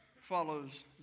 follows